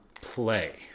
Play